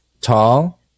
tall